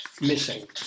missing